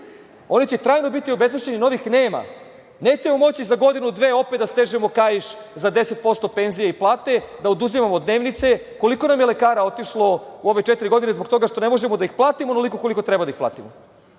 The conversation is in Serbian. oni će trajno biti obesmišljeni. Novih nema. nećemo moći za godinu, dve opet da stežemo kaiš za 10% penzije i plate, da oduzimamo dnevnice. Koliko nam je lekara otišlo u ove četiri godine zbog toga što ne možemo da ih platimo onoliko koliko treba da ih platimo? Ako